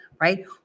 right